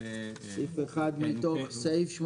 מי בעד סעיף 2?